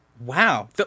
wow